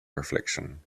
reflection